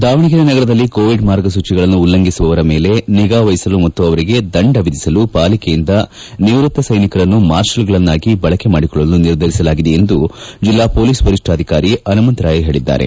ದಾವಣಗೆರೆ ನಗರದಲ್ಲಿ ಕೋವಿಡ್ ಮಾರ್ಗಸೂಚಿಗಳನ್ನು ಉಲ್ಲಂಘಿಸುವವರ ಮೇಲೆ ನಿಗಾವಹಿಸಲು ಮತ್ತು ಅವರಿಗೆ ದಂಡ ವಿಧಿಸಲು ಪಾಲಿಕೆಯಿಂದ ನಿವ್ಯಕ್ತ ಸೈನಿಕರನ್ನು ಮಾರ್ಷಲ್ಗಳನ್ನಾಗಿ ಬಳಕೆ ಮಾಡಿಕೊಳ್ಳಲು ನಿರ್ಧರಿಸಲಾಗಿದೆ ಎಂದು ಜಲ್ಲಾ ಮೊಲೀಸ್ ವರಿಷ್ಟಾಧಿಕಾರಿ ಹನುಮಂತರಾಯ ಹೇಳಿದ್ದಾರೆ